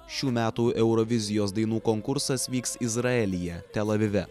šių metų eurovizijos dainų konkursas vyks izraelyje tel avive